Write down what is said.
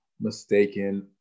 mistaken